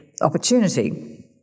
opportunity